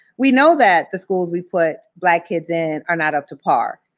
we know that the schools we put black kids in are not up to par.